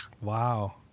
Wow